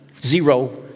Zero